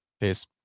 Peace